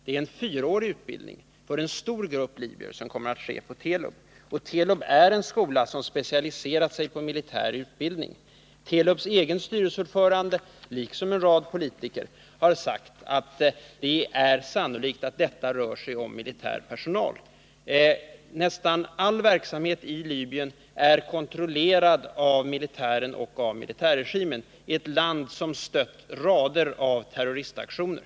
Det är en fyraårig utbildning för en stor grupp libyer som kommer att ske på Telub, och Telub är en skola som specialiserat sig på militär utbildning. Telubs egen styrelseordförande liksom en rad politiker har sagt att det är sannolikt att det rör sig om militär personal. Nästan all verksamhet i Libyen är kontrollerad av militären och av militärregimen, i ett land som har stött rader av terroristaktioner.